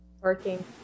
Working